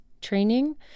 training